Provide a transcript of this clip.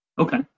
okay